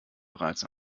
bereits